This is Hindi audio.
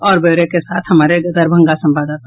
और ब्यौरे के साथ हमारे दरभंगा संवाददाता